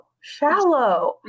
shallow